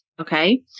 Okay